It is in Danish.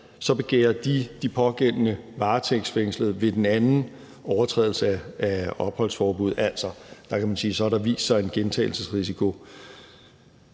begærer de pågældende varetægtsfængslet ved den anden overtrædelse af et opholdsforbud. Altså, der kan man sige, at der har vist sig en gentagelsesrisiko.